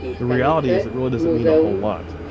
the reality is it really doesn't mean a whole lot.